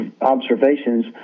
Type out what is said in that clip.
observations